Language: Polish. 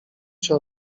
się